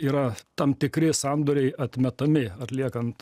yra tam tikri sandoriai atmetami atliekant